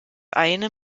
eine